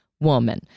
woman